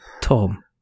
Tom